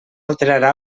alterarà